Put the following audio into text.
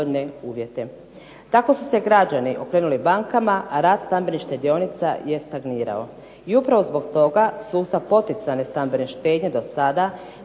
Tako su se građani okrenuli bankama, a rast stambenih štedionica je stagnirao. I upravo zbog toga sustav poticajne stambene štednje dosada